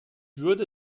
würde